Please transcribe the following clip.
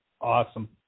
awesome